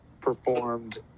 performed